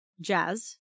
Jazz